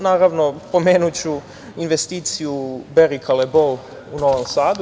Naravno, spomenuću investiciju Bari Kalebo u Novom Sadu.